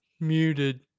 muted